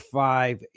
five